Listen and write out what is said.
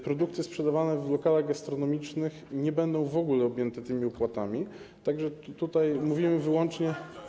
Produkty sprzedawane w lokalach gastronomicznych nie będą w ogóle objęte tymi opłatami, tak że tutaj mówimy wyłącznie.